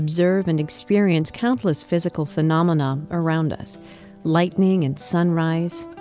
observe, and experience countless physical phenomena around us lightening and sunrise,